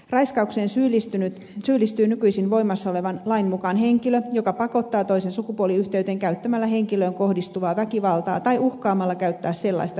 raiskaukseen syyllistyy nykyisin voimassa olevan lain mukaan henkilö joka pakottaa toisen sukupuoliyhteyteen käyttämällä henkilöön kohdistuvaa väkivaltaa tai uhkaamalla käyttää sellaista väkivaltaa